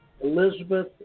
Elizabeth